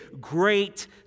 great